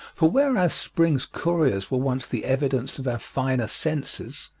for whereas spring's couriers were once the evidence of our finer senses,